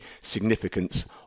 significance